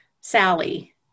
Sally